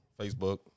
Facebook